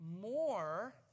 more